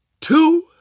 two